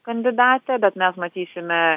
kandidatę bet mes matysime